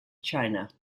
china